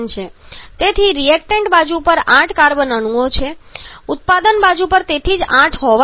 તેથી રિએક્ટન્ટ બાજુ પર 8 કાર્બન અણુઓ છે તેથી ઉત્પાદન બાજુ પર 8 હોવા જોઈએ